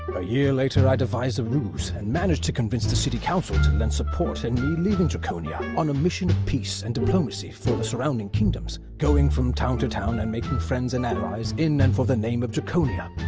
a year later, i devised a ruse and managed to convince the city council lend support in me leaving draconia on a mission of peace and diplomacy for the surrounding kingdoms, going from town to town and making friends and allies, in and for the name of draconia.